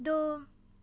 ਦੋ